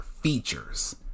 features